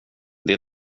det